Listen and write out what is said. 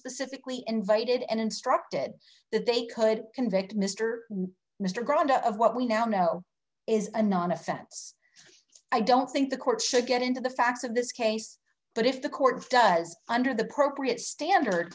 specifically invited and instructed that they could convict mr mr grant of what we now know is a non offense i don't think the court should get into the facts of this case but if the court does under the